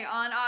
on